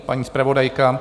Paní zpravodajka?